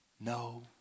no